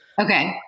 Okay